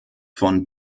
von